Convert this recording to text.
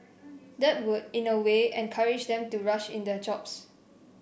that would in a way encourage them to rush in their jobs